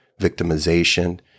victimization